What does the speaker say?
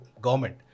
government